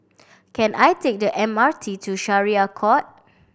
can I take the M R T to Syariah Court